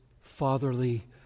fatherly